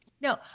No